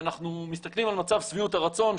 ואנחנו מסתכלים על מצב שביעות הרצון,